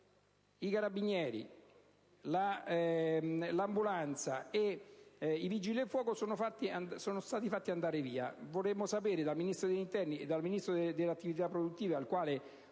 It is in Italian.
i Carabinieri, l'ambulanza e i Vigili del fuoco sono stati fatti andare via. Pertanto, vorremmo sapere dal Ministro dell'interno e dal Ministro delle attività produttive (al quale